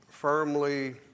Firmly